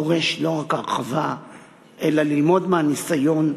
דורש לא רק הרחבה אלא ללמוד מהניסיון.